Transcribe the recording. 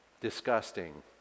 disgusting